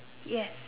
yes